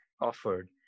offered